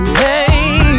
hey